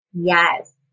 Yes